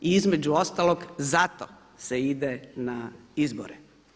I između ostalog zato se ide na izbore.